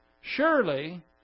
surely